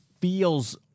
feels